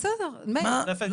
בסדר, מאיר.